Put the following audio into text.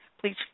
Please